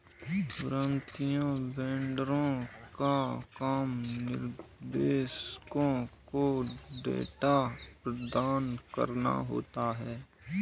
वित्तीय वेंडरों का काम निवेशकों को डेटा प्रदान कराना होता है